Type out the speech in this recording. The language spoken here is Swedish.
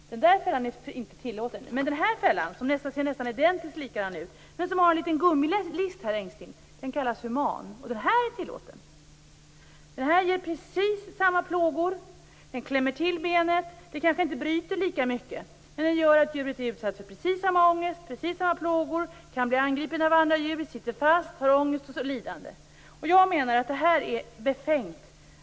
Den här fällan är alltså inte tillåten. Men jag har här en annan fälla som ser nästan identiskt likadan ut som den andra, men den är utrustad med en liten gummilist. Denna fälla betecknas som human och är därför tillåten. Fällan ger precis samma plågor. Den klämmer till benet - kanske inte lika hårt - och det gör att djuret är utsatt för precis samma ångest och plågor. Det kan också bli angripet av andra djur. Jag anser att detta är befängt.